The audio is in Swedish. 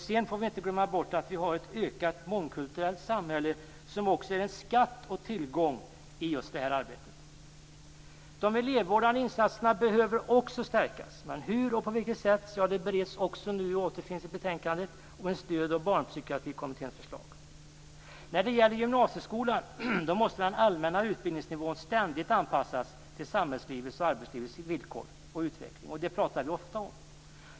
Sedan får vi inte glömma bort att vårt alltmer mångkulturella samhälle är en skatt och en tillgång i det här arbetet. Det elevvårdande insatserna behöver också stärkas. Hur och på vilket sätt bereds också nu, som framgår av betänkandet, med stöd av Barnpsykiatrikommitténs förslag. När det gäller gymnasieskolan måste den allmänna utbildningsnivån ständigt anpassas till samhälls och arbetslivets villkor och utveckling. Detta pratar vi ofta om.